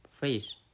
face